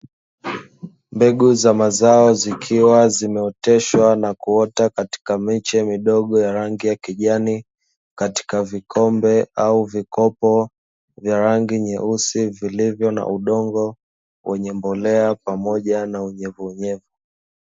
Mbegu za mazao zikiwa zimeoteshwa na kuota katika miche midogo ya rangi ya kijani, katika vikombe au vikopo vya rangi nyeusi, vilivyo na udongo wenye mbolea pamoja na unyevunyevu.